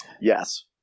Yes